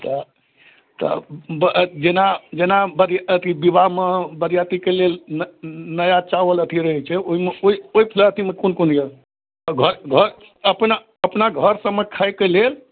तऽ तऽ जेना जेना बरि अथी विवाहमे बरिआतीके लेल नया चावल अथी रहै छै ओहि ओहिमे अथी कोन कोन अइ घर घर अपना अपना घरसबमे खाइके लेल